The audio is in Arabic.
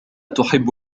تحب